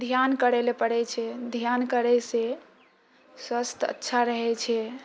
ध्यान करै लए पड़ै छै ध्यान करैसँ स्वास्थ अच्छा रहै छै